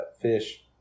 fish